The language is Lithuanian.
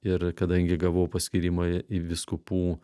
ir kadangi gavau paskyrimą į vyskupų